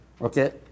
Okay